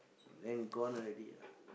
then gone already ah